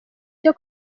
cyo